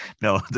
no